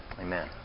Amen